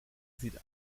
sieht